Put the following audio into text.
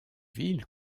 ville